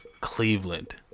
Cleveland